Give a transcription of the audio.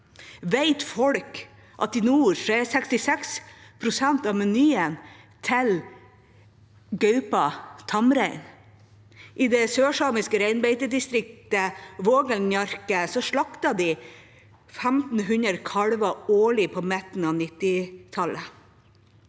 Vet folk at i nord er 66 pst. av menyen til gaupa tamrein? I det sørsamiske reinbeitedistriktet Voengel-Njaarke slaktet de 1 500 kalver årlig på midten av 1990-tallet.